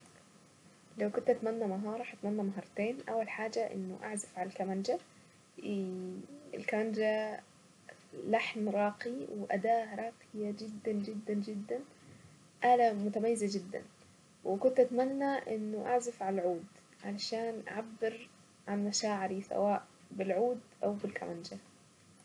لو كان بامكان السفر راح اسافر المالديف بلد جميلة وهادية زحمة كتيرة وما فيهاش ناس كتيرة وكمان المية صافية ومليانة مناظر طبيعية. هسافر عشان استمتع بالهدوء بالطبيعة واريح اعصابي واصفي دماغي من اي حاجة تكون شغلاني